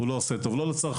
הוא לא עושה טוב לא לצרכנים,